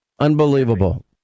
unbelievable